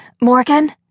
Morgan